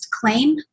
claim